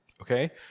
Okay